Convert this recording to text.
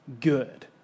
good